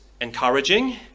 encouraging